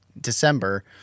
December